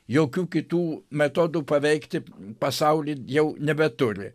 jokių kitų metodų paveikti pasaulį jau nebeturi